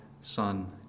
Son